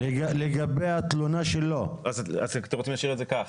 אם כן, אתם רוצים להשאיר את זה כך.